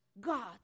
God